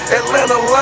Atlanta